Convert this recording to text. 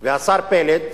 והשר פלד,